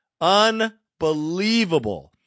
Unbelievable